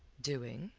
doing?